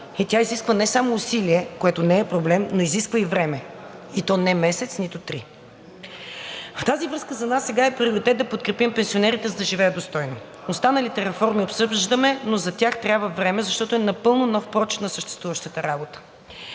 и тя изисква не само усилие, което не е проблем, но изисква и време, и то не месец, нито три. В тази връзка за нас сега е приоритет да подкрепим пенсионерите, за да живеят достойно. Останалите реформи обсъждаме, но за тях трябва време, защото е напълно нов прочит на съществуващата работа